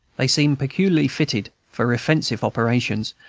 they seem peculiarly fitted for offensive operations,